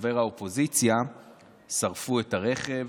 לחבר האופוזיציה שרפו את הרכב,